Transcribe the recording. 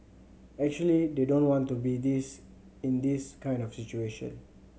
actually they don't want to be this in this kind of situation